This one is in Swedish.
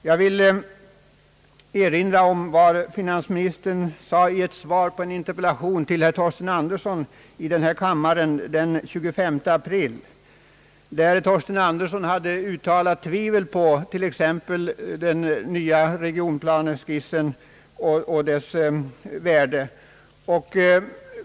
Jag vill erinra om vad finansministern sade i en interpellationsdebatt i denna kammare den 25 april. Herr Torsten Andersson hade uttryckt sina tvivel om t.ex. den nya regionplaneskissen och dess värde.